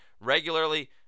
regularly